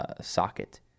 socket